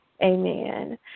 Amen